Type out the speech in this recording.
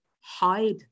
hide